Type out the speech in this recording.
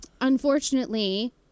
Unfortunately